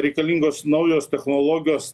reikalingos naujos technologijos